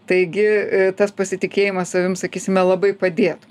taigi tas pasitikėjimas savim sakysime labai padėtų